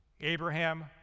Abraham